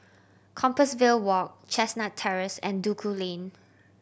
Compassvale Walk Chestnut Terrace and Duku Lane